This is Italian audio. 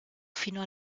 fino